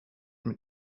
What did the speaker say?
mit